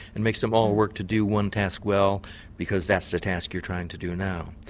it makes them all work to do one task well because that's the task you're trying to do now.